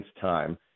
time